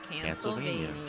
Pennsylvania